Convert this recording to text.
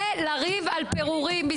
זה לריב על פירורים,